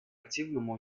активному